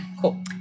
cool